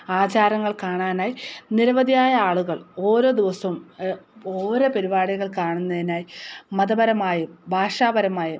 ആചാരങ്ങൾ കാണാനായി നിരവധിയായ ആളുകൾ ഓരോ ദിവസവും ഓരോ പരിപാടികൾ കാണുന്നതിനായി മതപരമായും ഭാഷാപരമായും